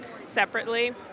separately